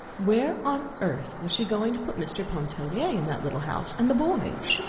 where on earth was she going to put mr. pontellier in that little house, and the boys?